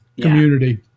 community